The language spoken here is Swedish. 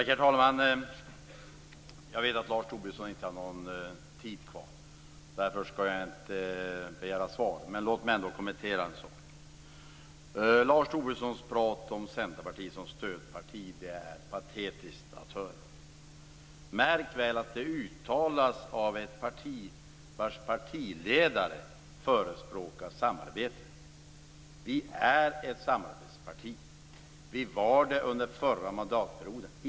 Herr talman! Jag vet att Lars Tobisson inte har någon taletid kvar. Därför skall jag inte begära något svar. Men låt mig ändå kommentera en sak. Lars Tobissons prat om Centerpartiet som stödparti är patetiskt att höra. Märk väl att det uttalas av ett parti vars partiledare förespråkar samarbete. Vi är ett samarbetsparti. Det var vi under den förra mandatperioden.